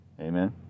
Amen